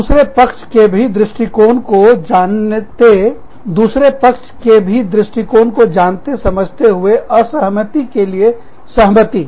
दूसरे पक्ष के भी दृष्टिकोण को जानते समझते हुए असहमति के लिए सहमति